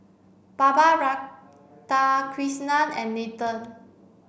Baba Radhakrishnan and Nathan